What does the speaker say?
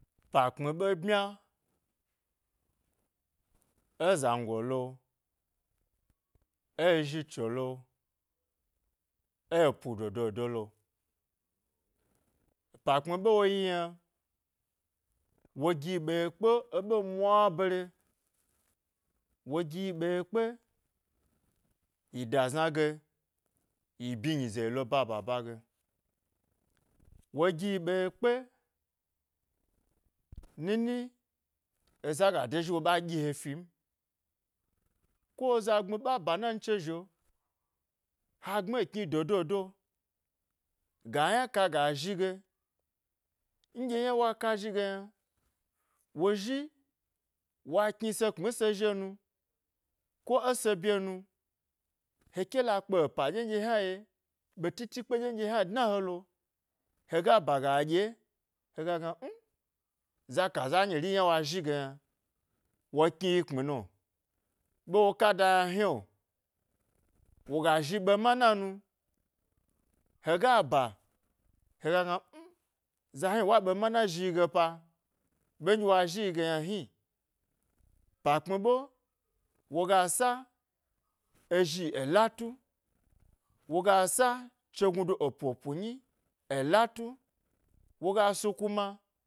Pa kpmi ɓe bmya, e zango lo ė ė zhi tso lo, epu dododolo, pa kpmi ɓe wo yi yna, wogi ɓe ye kpe eɓe mwa bare, wogiyi ɓaye kpe yi da zna ga, yi bi nyi ze yi lo bababa ge. Wo giyi ɓe yekpe, nini, eza ga de zhi wo ba ɗyi he fin, ko eza gbmi ɓa banandu zhio ha gbmi ekni dododo, ga yna ka ga zhi ge, nɗye yna wa ka zhi ge yna wo zhi wa knise kpmi ese zhio, nu ko ese bye nu hekela kpe epa ɗyen ɗye hna ye ɓe tėtė kpe ɗyen ɗye yna dna helo hega ba ga ɗye, hegna mnu, za ka za nyiri yna wa zhi ge yna wo kni yi kpmi no ɓe wo kada yna hnio, woga zhi ɓe mana nu, hega ba hega mm, zahni wa ɓe mana zhiyi ge pa ɓe ndye wa zhi yi ge hni, pa kpmi ɓe woga sa ezhi e latu, woga sa, chegnudo epu epu nyi e latu woga snu kuma